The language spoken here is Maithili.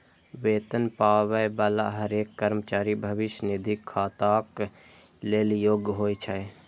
वेतन पाबै बला हरेक कर्मचारी भविष्य निधि खाताक लेल योग्य होइ छै